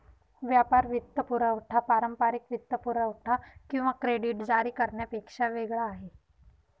व्यापार वित्तपुरवठा पारंपारिक वित्तपुरवठा किंवा क्रेडिट जारी करण्यापेक्षा वेगळा आहे